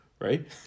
right